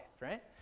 right